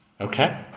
Okay